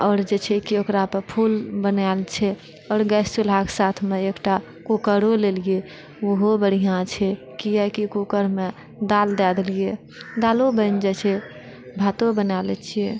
आओर जे छै कि ओकरा पर फूल बनायल छै आओर गैस चूल्हाके साथमे एकटा कूकरओ लेलियै ओहो बढ़िआँ छै किआकि कूकरमे दालि दए देलियै दालो बनि जाइत छै भातो बना लैत छियै